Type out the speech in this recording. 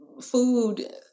food